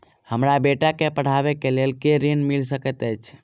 हमरा बेटा केँ पढ़ाबै केँ लेल केँ ऋण मिल सकैत अई?